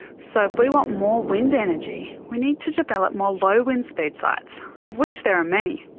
so if we want more wind energy we need to develop more low wind speed sites, of which there are many.